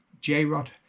J-Rod